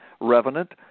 revenant